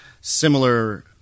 similar